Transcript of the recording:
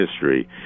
history